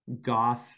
goth